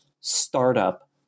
startup